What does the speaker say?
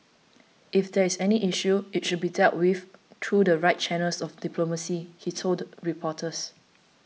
if there is any issue it should be dealt with through the right channels of diplomacy he told reporters